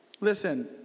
Listen